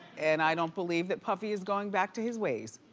and i don't believe that puffy is going back to his ways,